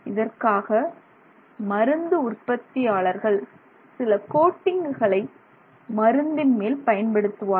இதற்காக மருந்து உற்பத்தியாளர்கள் சில கோட்டிங்குகளை மருந்தின் மேல் பயன்படுத்துவார்கள்